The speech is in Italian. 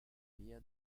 via